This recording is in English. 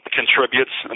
contributes